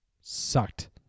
Sucked